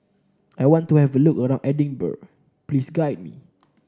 I want to have a look around Edinburgh please guide me